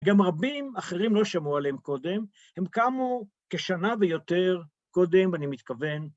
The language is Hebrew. גם רבים אחרים לא שמעו עליהם קודם, הם קמו כשנה ויותר קודם, אני מתכוון.